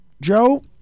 Joe